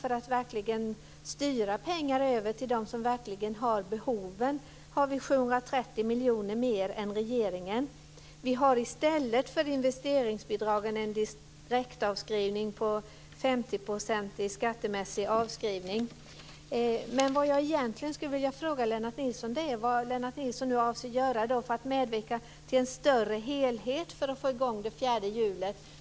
För att styra pengar över till dem som verkligen har behov av bostadsbidrag har vi avsatt 730 miljoner mer än regeringen. I stället för investeringsbidragen föreslår vi en skattemässig direktavskrivning på 50 %. Vad jag egentligen vill fråga Lennart Nilsson är vad han anser att man ska göra för att medverka till att det blir en större helhet och för att man ska få i gång det fjärde hjulet.